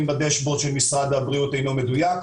בדשבורד של משרד הבריאות אינו מדויק.